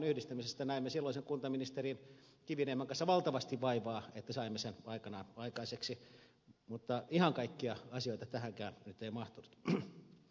näimme silloisen kuntaministeri kiviniemen kanssa valtavasti vaivaa että saimme sen aikanaan aikaiseksi mutta ihan kaikkia asioita tähänkään nyt ei mahtunut